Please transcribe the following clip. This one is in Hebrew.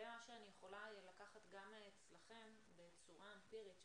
זה מה שאני יכולה לקחת גם אצלכם בצורה אמפירית,